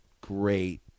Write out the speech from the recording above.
great